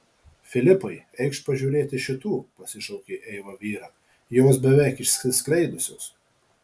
filipai eikš pažiūrėti šitų pasišaukė eiva vyrą jos beveik išsiskleidusios